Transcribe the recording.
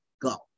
go